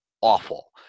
awful